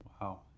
Wow